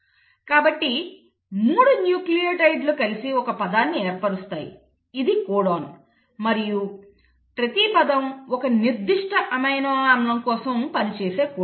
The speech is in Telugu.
కాబట్టి 3 న్యూక్లియోటైడ్లు కలిసి ఒక పదాన్ని ఏర్పరుస్తాయి ఇది కోడాన్ మరియు ప్రతి పదం ఒక నిర్దిష్ట అమైనో ఆమ్లం కోసం పనిచేసే కోడ్